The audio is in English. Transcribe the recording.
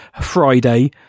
Friday